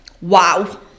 wow